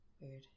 Weird